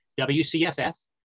WCFF